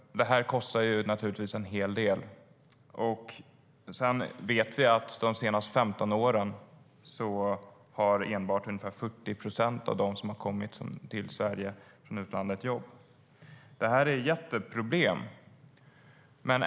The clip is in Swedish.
Detta kostar naturligtvis en hel del. Vi vet att de senaste 15 åren har enbart ungefär 40 procent av dem som kommit till Sverige från utlandet fått jobb. Detta är ett jätteproblem.